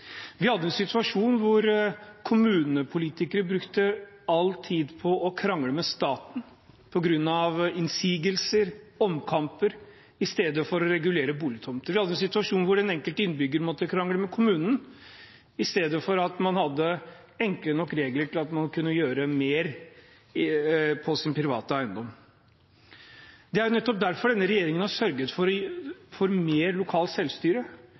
Vi hadde en situasjon hvor kommunepolitikere brukte all tid på å krangle med staten på grunn av innsigelser og omkamper i stedet for å regulere til boligtomter. Vi hadde en situasjon hvor den enkelte innbygger måtte krangle med kommunen, i stedet for at man hadde enkle nok regler til at man kunne gjøre mer på sin private eiendom. Det er nettopp derfor denne regjeringen har sørget for mer lokalt selvstyre,